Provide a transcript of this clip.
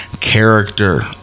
character